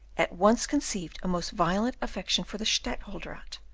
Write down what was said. at once conceived a most violent affection for the stadtholderate,